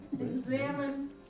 Examine